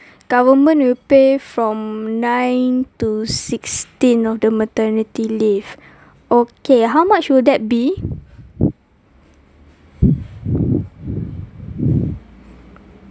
government will pay from ninth to sixteenth of the maternity leave okay how much will that be